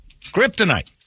Kryptonite